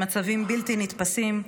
במצבים בלתי נתפסים.